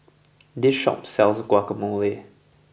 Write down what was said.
this shop sells Guacamole